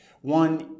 one